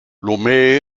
lomé